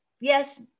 Yes